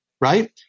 right